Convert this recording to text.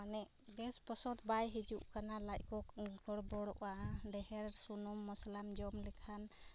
ᱢᱟᱱᱮ ᱵᱮᱥ ᱯᱚᱥᱚᱸᱫᱽ ᱵᱟᱭ ᱦᱤᱡᱩᱜ ᱠᱟᱱᱟ ᱞᱟᱡᱠᱚ ᱜᱚᱲ ᱵᱚᱲᱚᱜᱼᱟ ᱰᱷᱮᱨ ᱥᱩᱱᱩᱢ ᱢᱚᱥᱞᱟᱢ ᱡᱚᱢ ᱞᱮᱠᱷᱟᱱ